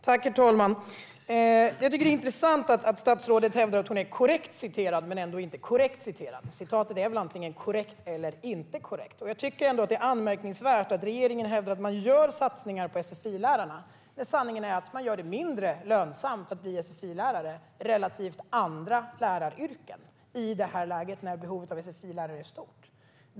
Herr talman! Det är intressant att statsrådet hävdar att hon är korrekt citerad men ändå inte korrekt citerad. Citatet är väl antingen korrekt eller inte korrekt? Jag tycker att det är anmärkningsvärt att regeringen hävdar att man gör satsningar på sfi-lärarna när sanningen är att man gör det mindre lönsamt att bli sfi-lärare relativt andra läraryrken i ett läge när behovet av sfi-lärare är stort.